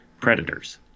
predators